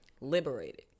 liberated